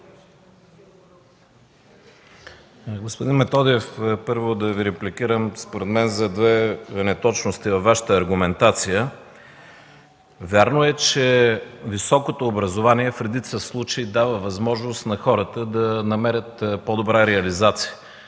Господин Методиев, първо да Ви репликирам според мен за две неточности във Вашата аргументация. Вярно е, че високото образование в редица случаи дава възможност на хората да намерят по-добра реализация.